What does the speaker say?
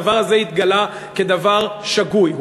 הדבר הזה התגלה כדבר שגוי.